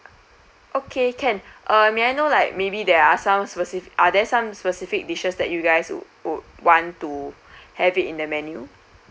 okay can uh may I know like maybe there are some specific are there some specific dishes that you guys would would want to have in the menu